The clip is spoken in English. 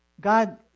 God